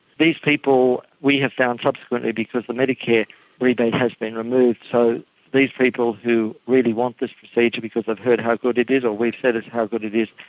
these people we have found subsequently because the medicare rebate has been removed, so these people who really want this procedure because they've heard how good it is or we've said how good it is,